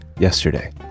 Yesterday